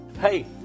Hey